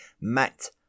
Matt